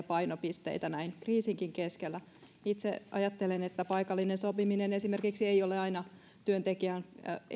painopisteitä näin kriisinkin keskellä itse ajattelen että esimerkiksi paikallinen sopiminen ei ole aina työntekijän